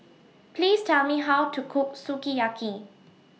Please Tell Me How to Cook Sukiyaki